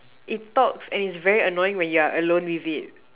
it talks and it's very annoying when you're alone with it